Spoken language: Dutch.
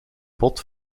bot